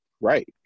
right